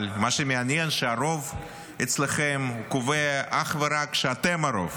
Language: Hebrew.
אבל מה שמעניין הוא שהרוב אצלכם קובע אך ורק כשאתם הרוב.